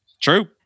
True